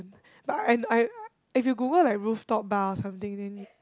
but I and I if you Google like roof top bar or something then they